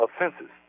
offenses